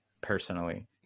personally